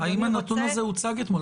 האם הנתון הזה הוצג אתמול?